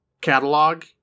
catalog